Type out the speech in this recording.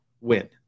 win